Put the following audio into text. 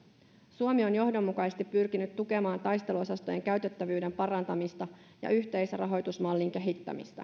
suomi on johdonmukaisesti pyrkinyt tukemaan taisteluosastojen käytettävyyden parantamista ja yhteisrahoitusmallin kehittämistä